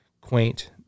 quaint